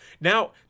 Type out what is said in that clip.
Now